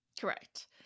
Correct